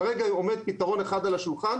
כרגע עומד פתרון אחד על השולחן,